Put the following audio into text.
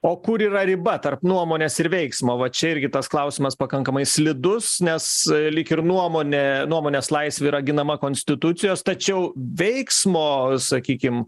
o kur yra riba tarp nuomonės ir veiksmo va čia irgi tas klausimas pakankamai slidus nes lyg ir nuomonė nuomonės laisvė yra ginama konstitucijos tačiau veiksmo sakykim